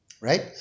Right